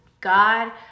God